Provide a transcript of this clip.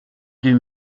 deux